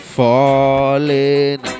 falling